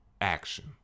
action